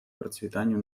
процветанию